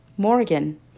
Morgan